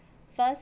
first